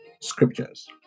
Scriptures